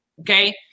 Okay